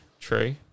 True